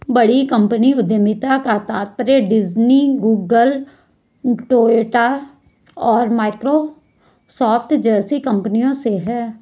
बड़ी कंपनी उद्यमिता का तात्पर्य डिज्नी, गूगल, टोयोटा और माइक्रोसॉफ्ट जैसी कंपनियों से है